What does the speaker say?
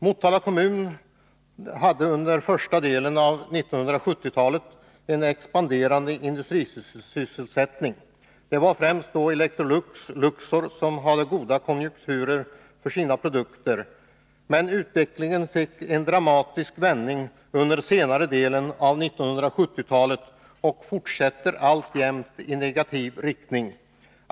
Motala kommun hade under första delen av 1970-talet en expanderande industrisysselsättning. Det var främst Electrolux och Luxor som hade god konjunktur för sina produkter. Men den utvecklingen fick en dramatisk vändning under senare delen av 1970-talet, och den fortsätter alljämt i negativ riktning.